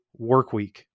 Workweek